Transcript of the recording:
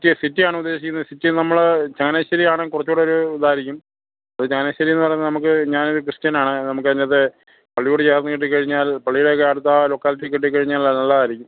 സിറ്റിയ സിറ്റിയാണോ ഉദ്ദേശിക്കുന്നത് സിറ്റി നമ്മൾ ചാനശ്ശരി ആണ് കുറച്ചുംകൂടെ ഒരു ഇതായിരിക്കും അത് ചാനശേരി എന്ന് പറയുന്നത് നമുക്ക് ഞാനൊരു ക്രിസ്ത്യനാണ് നമുക്ക് അതിനകത്തെ പള്ളിയോട് ചേർന്ന് കിട്ടിക്കഴിഞ്ഞാൽ പള്ളിയൊക്കെ അടുത്ത ആ ലോക്കാലിറ്റിക്ക് കിട്ടിക്കഴിഞ്ഞാൽ നല്ലതായിരിക്കും